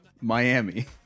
Miami